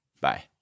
Bye